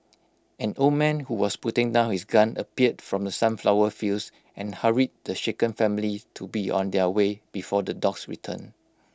an old man who was putting down his gun appeared from the sunflower fields and hurried the shaken families to be on their way before the dogs return